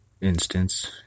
instance